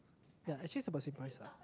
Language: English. ya actually is about same price lah